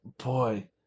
boy